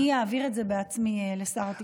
אני אעביר את זה בעצמי לשר התקשורת.